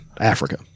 Africa